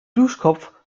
duschkopf